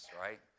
right